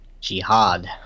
Jihad